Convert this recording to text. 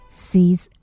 sees